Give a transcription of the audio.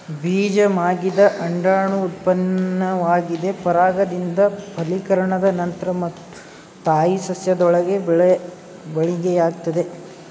ಬೀಜ ಮಾಗಿದ ಅಂಡಾಣು ಉತ್ಪನ್ನವಾಗಿದೆ ಪರಾಗದಿಂದ ಫಲೀಕರಣ ನಂತ್ರ ಮತ್ತು ತಾಯಿ ಸಸ್ಯದೊಳಗೆ ಬೆಳವಣಿಗೆಯಾಗ್ತದೆ